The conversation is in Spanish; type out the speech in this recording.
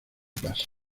pasa